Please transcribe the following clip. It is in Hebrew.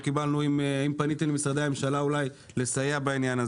לא קיבלנו האם פניתם למשרדי הממשלה לסייע בעניין הזה.